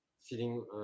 feeling